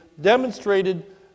demonstrated